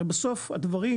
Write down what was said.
הרי בסוף הדברים,